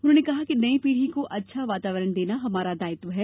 उन्होंने कहा कि नई पीढ़ी को अच्छा वातावरण देना हमारा दायित्व है